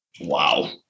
Wow